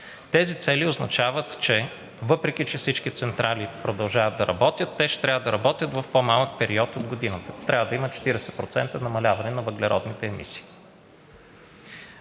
Тези цели означават, че въпреки че всички централи продължават да работят, те ще трябва да работят в по-малък период от годината. Трябва да има 40% намаляване на въглеродните емисии.